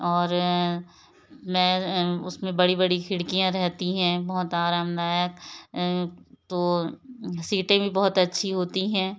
और मैं उसमें बड़ी बड़ी खिड़कियाँ रहती हैं बहुत आरामदायक तो सीटें भी बहुत अच्छी होती हैं